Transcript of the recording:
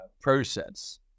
process